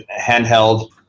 Handheld